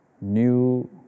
new